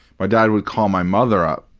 my dad would call my mother up,